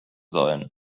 sollen